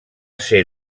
ser